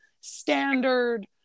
standard